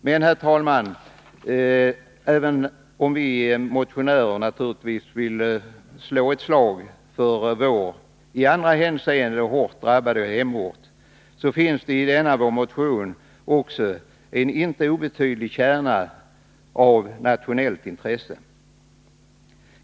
Men, herr talman, även om vi motionärer naturligtvis vill slå ett slag för vår i andra hänseenden hårt drabbade hemort, så finns det i denna vår motion också en inte obetydlig kärna av nationellt intresse.